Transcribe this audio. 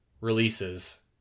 releases